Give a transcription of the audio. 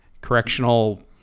correctional